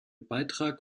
beitrag